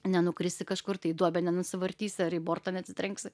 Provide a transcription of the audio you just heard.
nenukrisi kažkur tai į duobę nenusivartysi ar į bortą neatsitrenksi